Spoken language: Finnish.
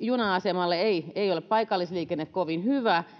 juna asemalle ei ei ole paikallisliikenne kovin hyvä